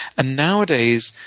and nowadays,